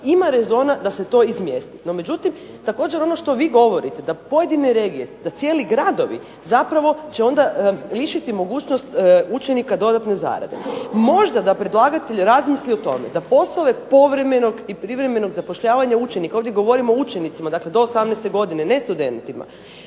ima rezona da se to izmjesti. No međutim, također ono što vi govorite da pojedine regije, da cijeli gradovi zapravo će onda lišiti mogućnost učenika dodatne zarade. Možda da predlagatelj razmisli o tome, da poslove povremenog i privremenog zapošljavanja učenika, ovdje govorimo o učenicima, dakle do 18. godine, ne studentima,